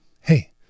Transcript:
hey